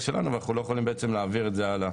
שלנו ואנחנו לא יכולים להעביר את זה הלאה,